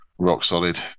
rock-solid